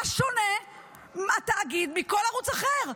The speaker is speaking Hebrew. מה שונה התאגיד מכל ערוץ אחר?